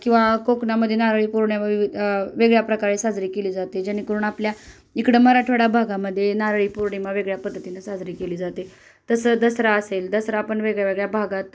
किंवा कोकणामध्ये नारळीपौर्णिमा व वेगळ्या प्रकारे साजरी केली जाते जेणेकरून आपल्या इकडं मराठवाड्या भागामध्ये नारळीपौर्णिमा वेगळ्या पद्धतीने साजरी केली जाते तसं दसरा असेल दसरा पण वेगळ्यावेगळ्या भागात